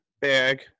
bag